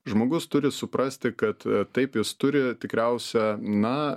žmogus turi suprasti kad taip jis turi tikriausia na